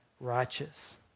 righteous